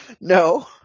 No